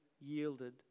yielded